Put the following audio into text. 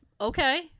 Okay